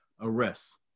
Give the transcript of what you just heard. arrests